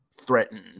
threaten